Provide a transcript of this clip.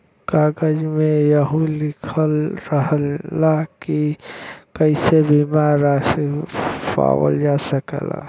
कागज में यहू लिखल रहला की कइसे बीमा रासी पावल जा सकला